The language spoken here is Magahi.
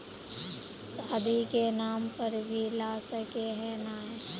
शादी के नाम पर भी ला सके है नय?